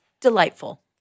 delightful